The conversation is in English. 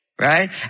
Right